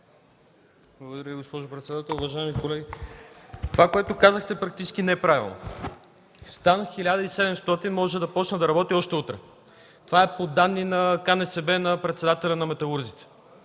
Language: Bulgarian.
Благодаря, госпожо председател. Уважаеми колеги! Това, което казахте, практически не е правилно. Стан 1700 може да започне да работи още утре. Това е по данни на КНСБ, на председателя на металурзите